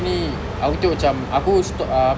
ni aku tengok macam aku ah apa ni